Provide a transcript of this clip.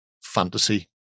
fantasy